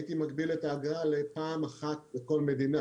הייתי מגביל את ההגעה לפעם אחת לכל מדינה.